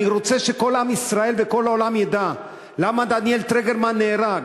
אני רוצה שכל עם ישראל וכל העולם ידעו למה דניאל טרגרמן נהרג,